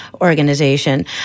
organization